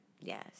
yes